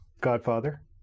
godfather